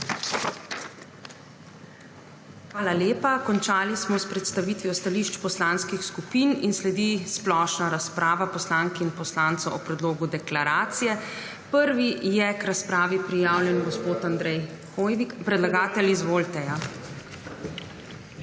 Hvala lepa. Končali smo s predstavitvijo stališč poslanskih skupin. Sledi splošna razprava poslank in poslancev o predlogu deklaracije. Prvi je k razpravi prijavljen gospod Andrej Hoivik. Predlagatelj, izvolite. **MAG.